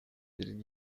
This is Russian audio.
перед